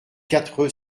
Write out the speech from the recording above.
quatre